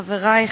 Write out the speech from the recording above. חברי,